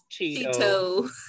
Cheeto